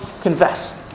confess